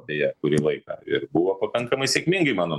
beje kurį laiką ir buvo pakankamai sėkmingai mano